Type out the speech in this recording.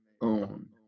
own